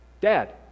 Dad